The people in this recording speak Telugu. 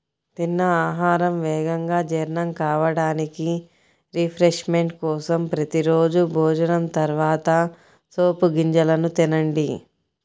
తిన్న ఆహారం వేగంగా జీర్ణం కావడానికి, రిఫ్రెష్మెంట్ కోసం ప్రతి రోజూ భోజనం తర్వాత సోపు గింజలను తినండి